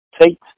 Tate